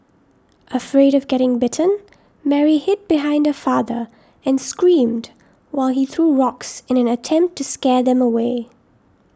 afraid of getting bitten Mary hid behind her father and screamed while he threw rocks in an attempt to scare them away